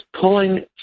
pulling